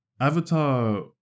Avatar